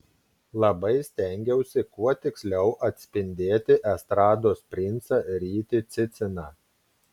labai stengiausi kuo tiksliau atspindėti estrados princą rytį ciciną